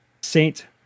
saint